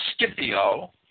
Scipio